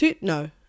no